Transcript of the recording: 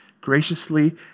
graciously